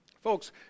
folks